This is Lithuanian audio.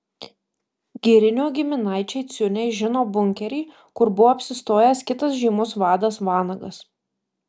girinio giminaičiai ciuniai žino bunkerį kur buvo apsistojęs kitas žymus vadas vanagas